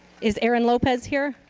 is aaron lopez here?